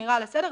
שמירה על הסדר,